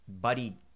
buddy